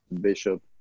Bishop